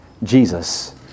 Jesus